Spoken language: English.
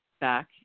back